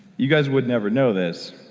you guys would never know this,